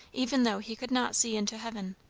even though he could not see into heaven.